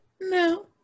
no